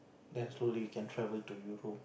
then slowly you can travel to Europe